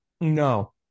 No